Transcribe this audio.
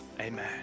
Amen